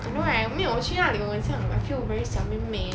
I know right 我没有我去哪里我很像 I feel very 小妹妹